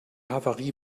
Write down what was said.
havarie